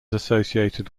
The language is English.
associated